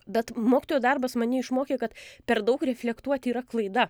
bet mokytojo darbas mane išmokė kad per daug reflektuoti yra klaida